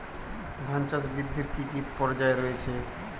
ধান চাষ বৃদ্ধির কী কী পর্যায় রয়েছে?